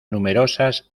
numerosas